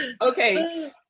Okay